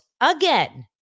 again